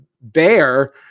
bear